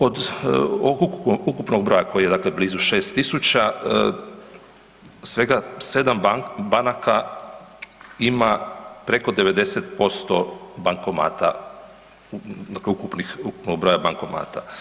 Od ukupnog broja koji je dakle blizu 6000, svega 7 banaka ima preko 90% bankomata, dakle ukupnog broja bankomata.